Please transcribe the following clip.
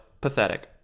Pathetic